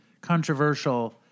controversial